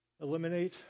eliminate